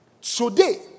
Today